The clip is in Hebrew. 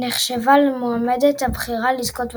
נחשבה למועמדת הבכירה לזכות בטורניר.